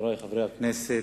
חברי חברי הכנסת,